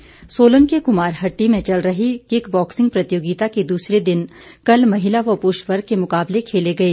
boxing Solan के कुमारहट्टी में चल रही किक बॉक्सिंग प्रतियोगिता के दूसरे दिन कल महिला व पुरूष वर्ग के मुकाबले खेले गए